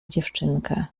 dziewczynkę